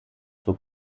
zur